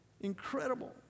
Incredible